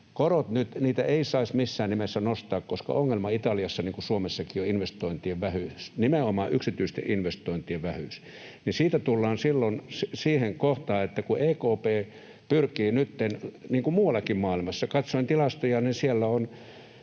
Niitä ei saisi missään nimessä nostaa, koska ongelma Italiassa, niin kuin Suomessakin, on investointien vähyys, nimenomaan yksityisten investointien vähyys. Siitä tullaan silloin siihen kohtaan, että kun EKP pyrkii nytten, niin kuin muuallakin maailmassa... Katsoin tilastoja, ja Englanti